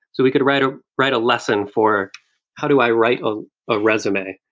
so we could write ah write a lesson for how do i write ah a resume,